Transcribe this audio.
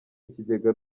ikigega